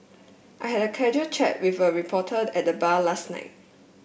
I had a casual chat with a reporter at the bar last night